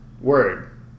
word